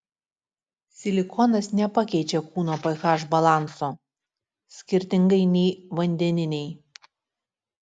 silikonas nepakeičia kūno ph balanso skirtingai nei vandeniniai